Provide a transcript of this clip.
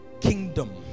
kingdom